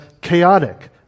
chaotic